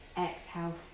exhale